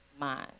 mind